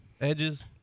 edges